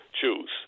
choose